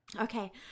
okay